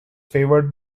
favoured